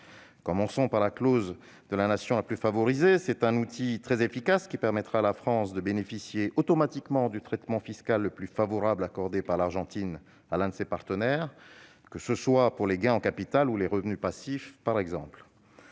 nombre de cas. La clause de la nation la plus favorisée est un outil très efficace, grâce auquel la France bénéficiera automatiquement du traitement fiscal le plus favorable accordé par l'Argentine à l'un de ses partenaires, que ce soit pour les gains en capital ou les revenus passifs. Les taux de